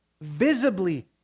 visibly